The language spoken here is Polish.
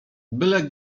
byle